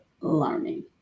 learning